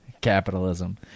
Capitalism